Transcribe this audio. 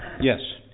Yes